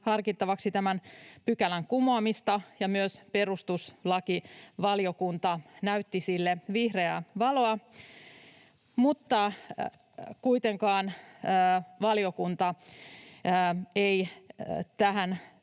harkittavaksi tämän pykälän kumoamista, ja myös perustuslakivaliokunta näytti sille vihreää valoa, mutta kuitenkaan valiokunta ei tähän